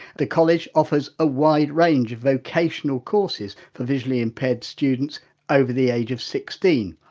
the college offers a wide range of locational courses for visually impaired students over the age of sixteen,